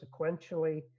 sequentially